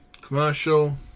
commercial